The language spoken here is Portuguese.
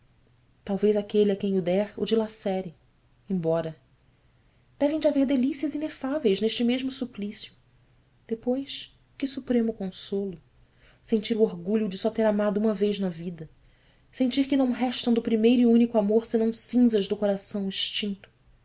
talvez aquele a quem o der o dilacere embora devem de haver delícias inefáveis neste mesmo suplício depois que supremo consolo sentir o orgulho de só ter amado uma vez na vida sentir que não restam do primeiro e único amor senão cinzas do coração extinto